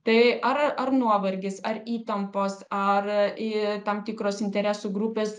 tai ar ar nuovargis ar įtampos ar į tam tikros interesų grupės